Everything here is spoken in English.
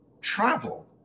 Travel